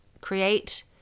create